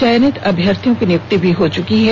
चयनित अभ्यर्थियों की नियुक्ति भी हो चुकी है